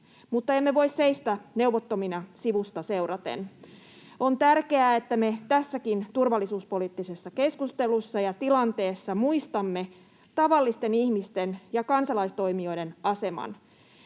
mutta emme voi seistä neuvottomina sivusta seuraten. On tärkeää, että me tässäkin turvallisuuspoliittisessa keskustelussa ja tilanteessa muistamme tavallisten ihmisten ja kansalaistoimijoiden aseman.